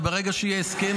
וברגע שיהיה הסכם,